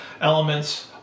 elements